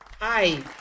Hi